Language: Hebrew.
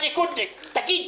והליכוד תגיד,